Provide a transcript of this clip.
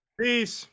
Peace